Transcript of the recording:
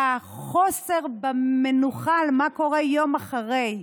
חוסר המנוחה של מה יקרה יום אחרי,